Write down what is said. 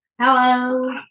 Hello